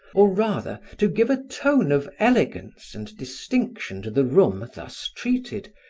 or rather to give a tone of elegance and distinction to the room thus treated,